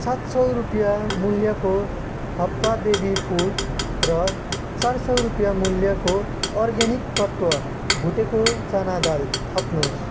सात सौ रुपियाँ मूल्यको हप्पा बेबी फुड र चार सौ रुपियाँ मूल्यको अर्ग्यानिक तत्त्व भुटेको चना दाल थप्नुहोस्